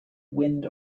wind